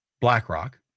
BlackRock